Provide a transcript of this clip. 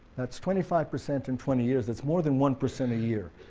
that's twenty five percent in twenty years, that's more than one percent a year,